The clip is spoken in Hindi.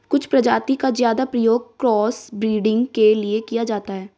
कुछ प्रजाति का ज्यादा प्रयोग क्रॉस ब्रीडिंग के लिए किया जाता है